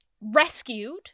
rescued